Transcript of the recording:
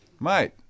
Mate